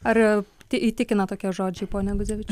ar tai įtikina tokie žodžiai pone guzevičiūte